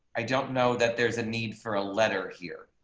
i don't know that there's a need for a letter here.